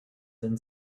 then